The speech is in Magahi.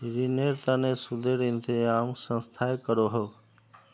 रिनेर तने सुदेर इंतज़ाम संस्थाए करोह